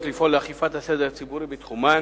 לפעול לאכיפת הסדר הציבורי בתחומן